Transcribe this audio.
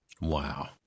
Wow